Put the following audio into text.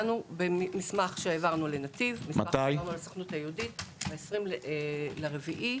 במסמך שהעברנו לנתיב ולסוכנות היהודית ב-20.4.